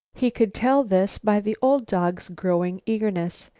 he could tell this by the old dog's growing eagerness.